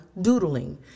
doodling